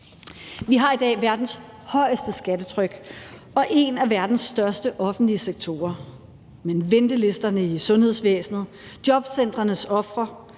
Vi har i dag verdens højeste skattetryk og en af verdens største offentlige sektorer. Men ventelisterne i sundhedsvæsenet, jobcentrenes ofre,